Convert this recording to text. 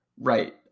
Right